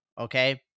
okay